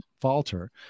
falter